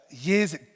Years